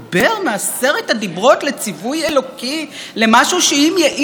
למשהו שאם יעז בית המשפט העליון לדון בו בכלל,